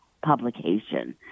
publication